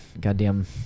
goddamn